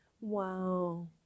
Wow